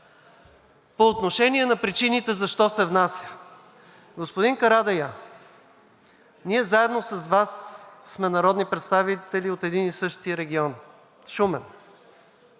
По отношение на причините защо се внася? Господин Карадайъ, ние заедно с Вас сме народни представители от един и същи регион – Шумен.